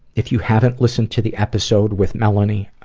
if you haven't listened to the episode with melanie, ah,